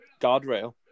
guardrail